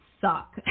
suck